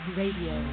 radio